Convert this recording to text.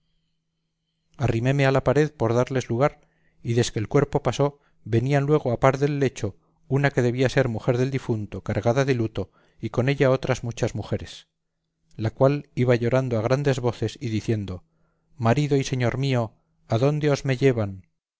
arriméme a la pared por darles lugar y desque el cuerpo pasó venían luego a par del lecho una que debía ser mujer del difunto cargada de luto y con ella otras muchas mujeres la cual iba llorando a grandes voces y diciendo marido y señor mío adónde os me llevan